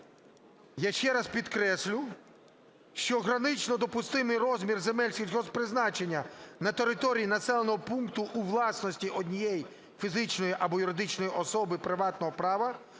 я ще раз підкреслю, що гранично допустимий розмір земель сільгосппризначення на території населеного пункту у власності однієї фізичної або юридичної особи приватного права